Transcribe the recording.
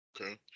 okay